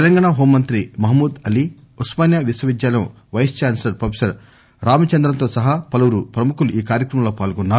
తెలంగాణ హోంమంత్రి మహమూద్ అలీ ఉస్మానియా విశ్వవిద్యాలయం vice chancellor professor రామచంద్రంతో సహా పలువురు ప్రముఖులు ఈ కార్యక్రమంలో పాల్గొన్నారు